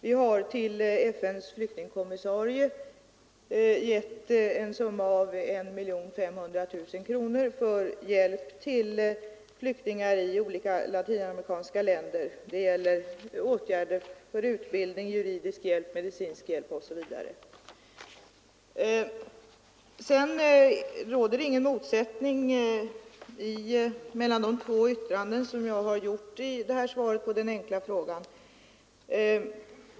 Vi har till FN:s flyktingkommissarie gett en summa av 1 500 000 kronor för hjälp till flyktingar i olika latinamerikanska länder. Det gäller åtgärder för utbildning, juridisk hjälp, medicinsk hjälp osv. Det råder ingen motsättning mellan de två uttalanden som jag har gjort i svaret.